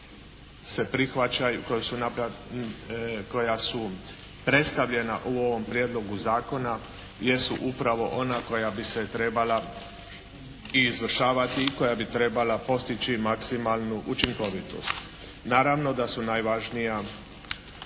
koja su predstavljena u ovom prijedlogu zakona jesu upravo ona koja bi se trebala i izvršavati i koja bi trebala postići maksimalnu učinkovitost. Naravno da su najvažnija